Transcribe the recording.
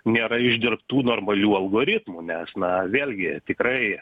nėra išdirbtų normalių algoritmų nes na vėlgi tikrai